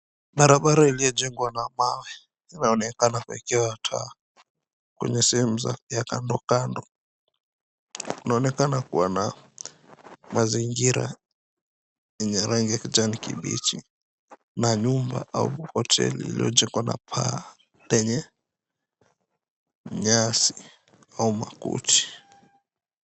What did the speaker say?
Barabarani iliyojengwa na mawe inaonekana imewekwa taa kwenye , sehemu ya kandokando kunaonekana kuwa na mazingira yenye rangi ya kijani kibichi na nyumba au hoteli iliyojengwa na paa lenye nyasi au makuti.